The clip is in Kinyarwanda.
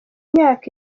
myaka